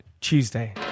Tuesday